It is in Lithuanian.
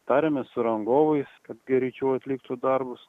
tariamės su rangovais kad greičiau atliktų darbus